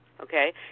Okay